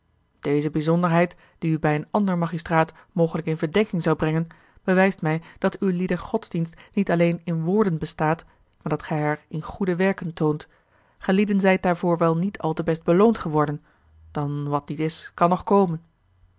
deze bijzonderheid die u bij een ander magistraat mogelijk in verdenking zou brengen bewijst mij dat uwlieder godsdienst niet alleen in woorden bestaat maar dat gij haar in goede werken toont gijlieden zijt daarvoor wel niet al te best beloond geworden dan wat niet is kan nog komen